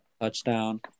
touchdown